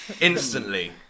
Instantly